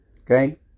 Okay